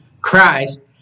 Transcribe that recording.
Christ